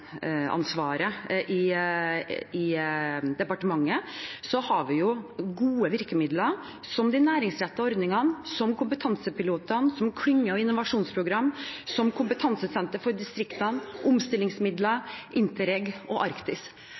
i departementet, har vi gode virkemidler som de næringsrettede ordningene, som Kompetansepiloter, som klynger og innovasjonsprogram, som kompetansesenter for distriktene, omstillingsmidler, Interreg og Arktis